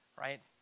Right